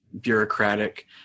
bureaucratic